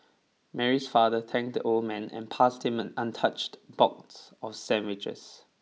Mary's father thanked the old man and passed him an untouched box of sandwiches